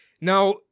Now